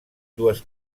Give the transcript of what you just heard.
dues